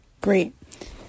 Great